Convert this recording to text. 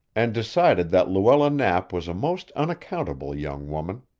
and decided that luella knapp was a most unaccountable young woman.